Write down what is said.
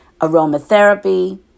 aromatherapy